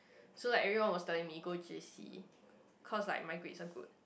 so like everyone was telling me go J_C cause like my grades are good